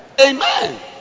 Amen